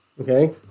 Okay